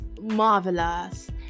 marvelous